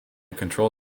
control